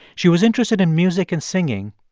she was interested in music and singing,